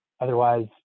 Otherwise